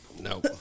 no